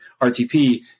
RTP